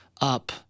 up